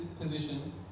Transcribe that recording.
position